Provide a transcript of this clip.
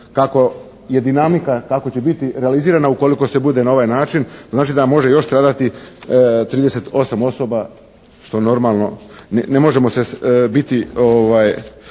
kako je dinamika tako će biti realizirana ukoliko se bude na ovaj način, znači da može još stradati 38 osoba što normalno ne možemo se biti,